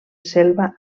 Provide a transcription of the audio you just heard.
selva